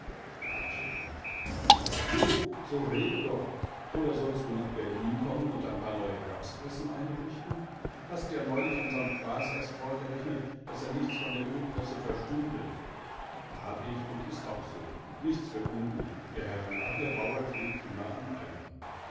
hradscheck lachte nu so rede doch oder sollst du nach berlin kommen und ein paar neue rapspressen einrichten hast ja neulich unserm quaas erst vorgerechnet daß er nichts von der öl presse verstünde hab ich und ist auch so nichts für ungut ihr herren aber der bauer klebt immer am alten